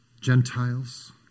Gentiles